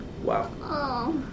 Wow